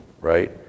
right